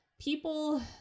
people